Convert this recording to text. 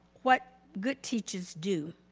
what good teachers do.